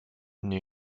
new